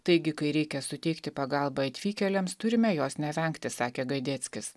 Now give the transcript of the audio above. taigi kai reikia suteikti pagalbą atvykėliams turime jos nevengti sakė gadeckis